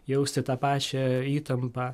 jausti tą pačią įtampą